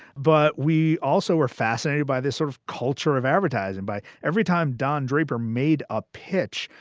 but we also were fascinated by this sort of culture of advertising. by every time don draper made a pitch,